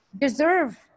deserve